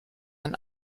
ein